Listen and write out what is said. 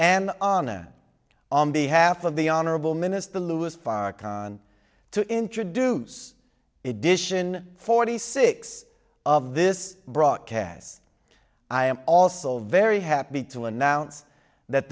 and honor on behalf of the honorable minister louis farrakhan to introduce edition forty six of this broadcast i am also very happy to announce that